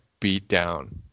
beatdown